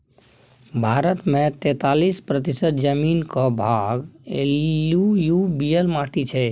भारत मे तैतालीस प्रतिशत जमीनक भाग एलुयुबियल माटि छै